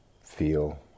feel